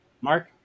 Mark